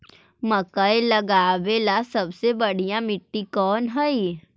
मकई लगावेला सबसे बढ़िया मिट्टी कौन हैइ?